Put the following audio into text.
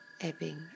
ebbing